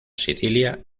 sicilia